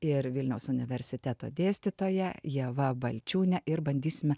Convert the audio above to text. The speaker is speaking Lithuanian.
ir vilniaus universiteto dėstytoja ieva balčiūne ir bandysime